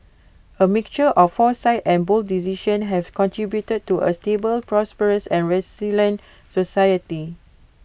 A mixture of foresight and bold decisions have contributed to A stable prosperous and resilient society